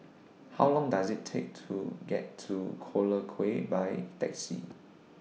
How Long Does IT Take to get to Collyer Quay By Taxi